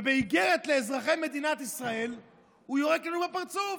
ובאיגרת לאזרחי מדינת ישראל הוא יורק לנו בפרצוף,